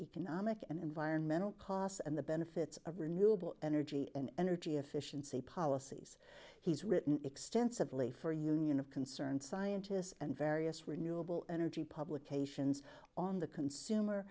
economic and environmental costs and the benefits of renewable energy and energy efficiency policies he's written extensively for a union of concerned scientists and various renewable energy publications on the consumer